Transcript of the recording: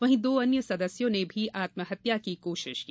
वहीं दो अन्य सदस्यों ने भी आत्महत्या की कोशिश की